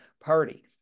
Party